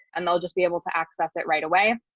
and they'll just be able to access it right away.